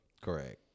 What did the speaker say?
Correct